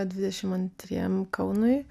dvidešim antriem kaunui